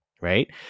right